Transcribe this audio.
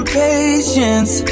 patience